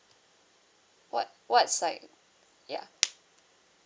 what what's like ya